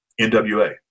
nwa